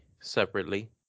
separately